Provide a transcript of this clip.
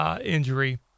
Injury